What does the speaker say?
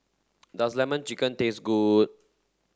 does lemon chicken taste good